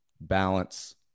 balance